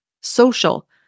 social